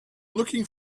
looking